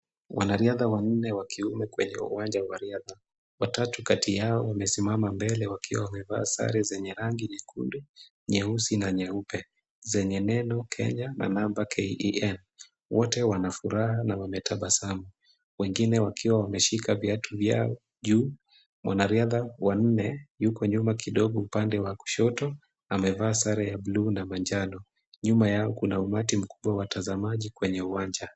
Wanariadha wanne wa kiume kwenye uwanja wa riadha. Watatu kati yao wamesimama mbele wakiwa wamevaa sare zenye rangi nyekundu, nyeusi na nyeupe zenye neno Kenya na namba KEN. Wote wana furaha na wametabasamu wengine wakiwa wameshika viatu vyao juu. Mwanariadha wa nne yuko nyuma kidogo upande wa kushoto, amevaa sare ya bluu na manjano. Nyuma yao kuna umati mkubwa wa watazamaji kwenye uwanja.